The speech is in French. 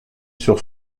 sur